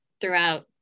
throughout